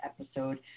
episode